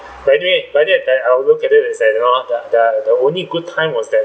but anyway but anyway that I'll look at it at around there are there are the only good time was that